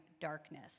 darkness